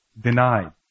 Denied